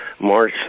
March